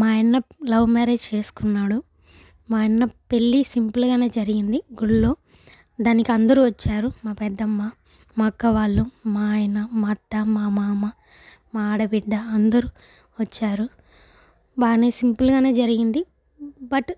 మా అన్న love marriage చేసుకున్నాడు మా అన్న పెళ్లి సింపుల్గానే జరిగింది గుడిలో దానికి అందరూ వచ్చారు మా పెద్దమ్మ మా అక్క వాళ్ళు మా ఆయన మా అత్త మా మామ మా ఆడబిడ్డ అందరూ వచ్చారు బాగానే సింపుల్గానే జరిగింది బట్